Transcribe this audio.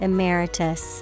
Emeritus